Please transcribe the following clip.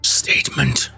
statement